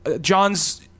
john's